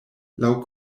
laŭ